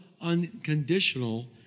unconditional